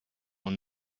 will